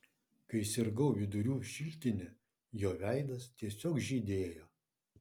kai sirgau vidurių šiltine jo veidas tiesiog žydėjo